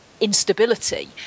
instability